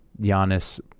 Giannis